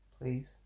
Please